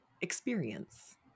experience